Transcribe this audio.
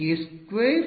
k2W U